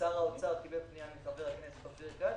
שר האוצר קיבל פנייה מחבר הכנסת אופיר כץ.